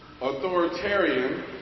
authoritarian